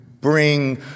bring